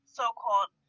so-called